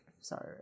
Sorry